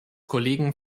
kollegen